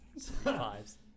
Fives